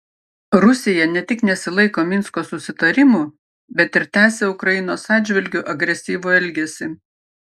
rusija ne tik nesilaiko minsko susitarimų bet ir tęsia ukrainos atžvilgiu agresyvų elgesį